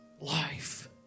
life